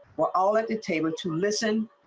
well all that detail to listen.